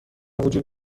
وجود